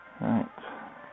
Right